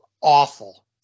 awful